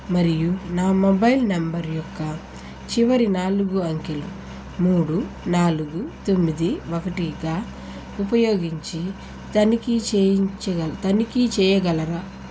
మరియు నా mobile number యొక్క చివరి నాలుగు అంకెలు మూడు నాలుగు తొమ్మిది ఒకటిగా ఉపయోగించి తనిఖీ తనిఖీ చేయగలరా